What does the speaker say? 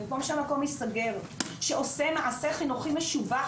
במקום שהמקום ייסגר שעושה מעשה חינוכי משובח